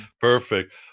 perfect